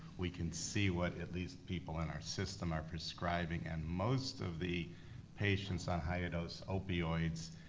we can see what at least people in our system are prescribing, and most of the patients on higher-dose opioids,